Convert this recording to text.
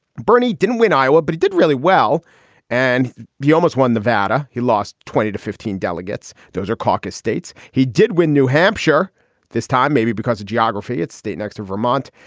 bernie didn't win iowa, but he did really well and he almost won nevada. he lost twenty to fifteen delegates. those are caucus states. he did win new hampshire this time, maybe because of geography at state next to vermont.